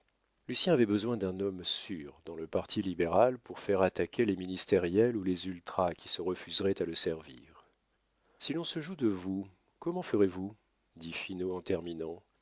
lucien avait besoin d'un homme sûr dans le parti libéral pour faire attaquer les ministériels ou les ultras qui se refuseraient à le servir si l'on se joue de vous comment ferez-vous dit finot en terminant